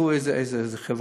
לקחו איזו חברה,